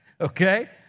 okay